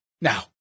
Now